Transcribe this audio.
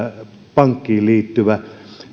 pankkiin liittyvä